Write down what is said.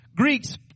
Greeks